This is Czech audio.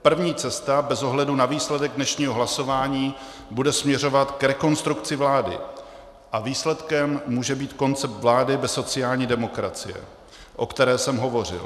První cesta bez ohledu na výsledek dnešního hlasování bude směřovat k rekonstrukci vlády a výsledkem může být koncept vlády bez sociální demokracie, o které jsem hovořil.